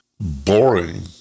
boring